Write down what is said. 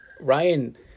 Ryan